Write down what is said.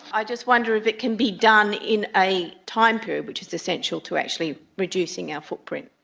i just wonder if it can be done in a time period, which is essential to actually reducing our footprint.